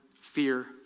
fear